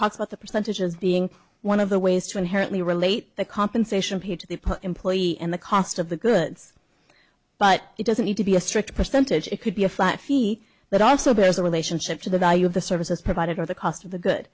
talks about the percentages being one of the ways to inherently relate the compensation paid to the employee and the cost of the goods but it doesn't need to be a strict percentage it could be a flat fee that also bears a relationship to the value of the services provided or the cost of the good